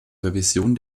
revision